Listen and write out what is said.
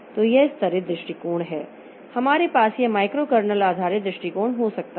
तो यह स्तरित दृष्टिकोण है हमारे पास यह माइक्रो कर्नेल आधारित दृष्टिकोण हो सकता है